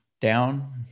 down